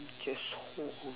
just hold on